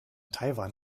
taiwan